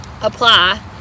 apply